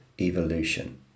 evolution